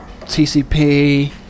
tcp